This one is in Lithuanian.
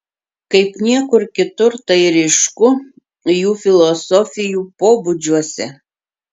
kaip niekur kitur tai ryšku jų filosofijų pobūdžiuose